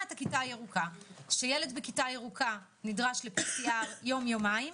בכיתה ירוקה ילד נדרש ל-PCR כל יומיים,